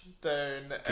down